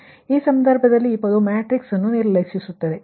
ಆದ್ದರಿಂದ ಈ ಸಂದರ್ಭದಲ್ಲಿ ಈ ಪದವು ಮ್ಯಾಟ್ರಿಕ್ಸ್ ಅನ್ನು ನಿರ್ಲಕ್ಷಿಸುತ್ತದೆ